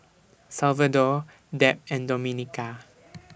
Salvador Deb and Domenica